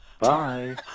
Bye